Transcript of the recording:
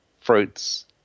fruits